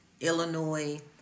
Illinois